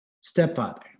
stepfather